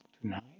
Tonight